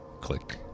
Click